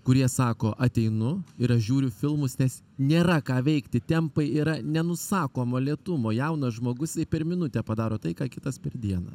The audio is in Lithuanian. kurie sako ateinu ir aš žiūriu filmus nes nėra ką veikti tempai yra nenusakomo lėtumo jaunas žmogus jisai per minutę padaro tai ką kitas per dieną